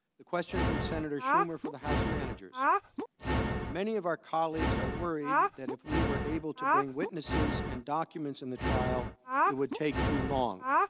question from senator schumer for the house managers many of our colleagues are worried that if we were able to bring witnesses and documents in the trial it would take too long